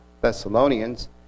Thessalonians